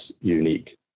unique